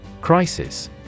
Crisis